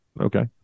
Okay